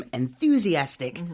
enthusiastic